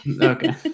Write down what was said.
okay